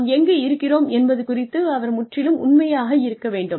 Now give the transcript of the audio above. நாம் எங்கு இருக்கிறோம் என்பது குறித்து அவர் முற்றிலும் உண்மையாக இருக்க வேண்டும்